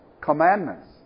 commandments